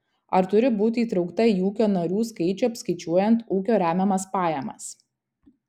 ar turiu būti įtraukta į ūkio narių skaičių apskaičiuojant ūkio remiamas pajamas